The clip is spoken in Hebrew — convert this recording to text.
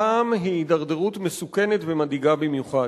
הפעם, היא הידרדרות מסוכנת ומדאיגה במיוחד.